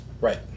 right